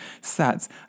sets